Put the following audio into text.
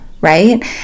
right